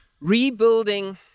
rebuilding